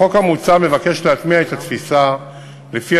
החוק המוצע מבקש להטמיע את התפיסה שלפיה